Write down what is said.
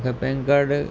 मूंखे PAN card